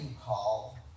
call